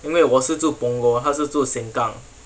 因为我是住 punggol 她是住 sengkang